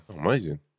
Amazing